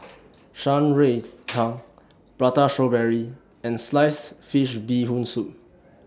Shan Rui Tang Prata Strawberry and Sliced Fish Bee Hoon Soup